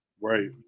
right